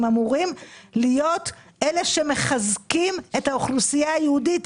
אמורים להיות אלה שמחזקים את האוכלוסייה היהודית.